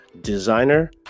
designer